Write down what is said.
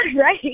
right